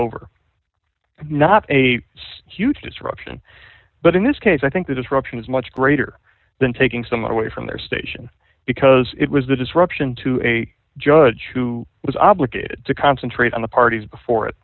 over not a skewed disruption but in this case i think the disruption is much greater than taking someone away from their station because it was a disruption to a judge who was obligated to concentrate on the parties before it